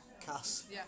Cass